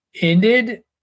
ended